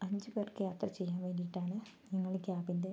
അഞ്ചു പേർക്ക് യാത്ര ചെയ്യാൻ വേണ്ടിയിട്ടാണ് ഞങ്ങൾ ക്യാബിൻ്റെ